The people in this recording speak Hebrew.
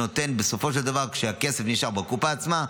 בסופו של דבר כשהכסף נשאר בקופה עצמה,